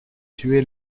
tué